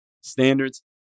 standards